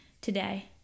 today